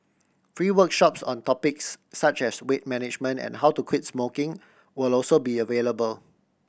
free workshops on topics such as weight management and how to quit smoking will also be available